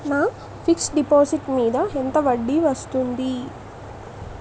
నా fixed deposit మీద ఎంత వడ్డీ వస్తుంది?